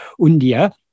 Undia